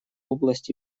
области